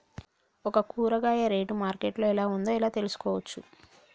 ఒక కూరగాయ rate market లో ఎలా ఉందో ఎలా తెలుసుకోవచ్చు?